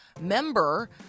member